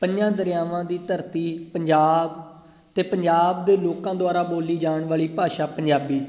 ਪੰਜਾਂ ਦਰਿਆਵਾਂ ਦੀ ਧਰਤੀ ਪੰਜਾਬ ਅਤੇ ਪੰਜਾਬ ਦੇ ਲੋਕਾਂ ਦੁਆਰਾ ਬੋਲੀ ਜਾਣ ਵਾਲੀ ਭਾਸ਼ਾ ਪੰਜਾਬੀ